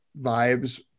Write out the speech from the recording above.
vibes